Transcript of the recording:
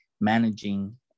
managing